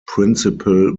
principal